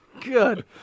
Good